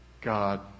God